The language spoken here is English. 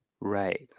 right